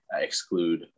exclude